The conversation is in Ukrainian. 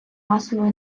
масової